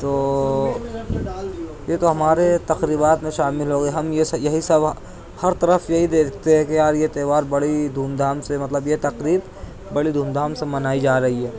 تو یہ تو ہمارے تقریبات میں شامل ہو گیے ہم یہ سب یہی سب ہر طرف یہی دیکھتے ہیں کہ یار یہ تیوہار بڑی دھوم دھام سے مطلب یہ تقریب بڑی دھوم دھام سے منائی جا رہی ہے